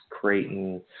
Creighton